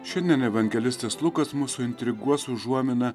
šiandien evangelistas lukas mus suintriguos užuomina